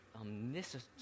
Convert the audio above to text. omniscient